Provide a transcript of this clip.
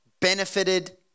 benefited